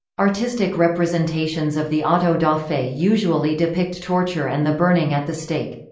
artistic representations of the auto-da-fe usually depict torture and the burning at the stake.